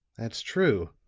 that's true,